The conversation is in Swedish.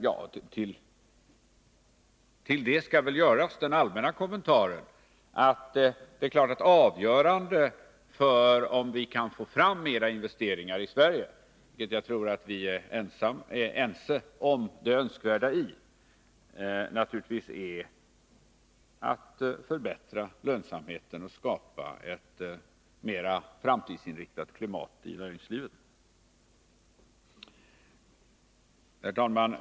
Därutöver kan väl göras den allmänna kommentaren att avgörande för om vi kan få fram mera investeringar i Sverige — vilket jag tror att vi är ense om det önskvärda i — är naturligtvis att vi kan förbättra lönsamheten och skapa ett mera framtidsinriktat klimat i näringslivet. Herr talman!